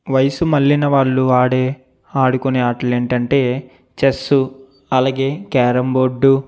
వయసు మళ్ళిన వాళ్ళు ఆడే ఆడుకునే ఆటలు ఏంటంటే చెస్ అలాగే క్యారం బోర్డు